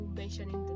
mentioning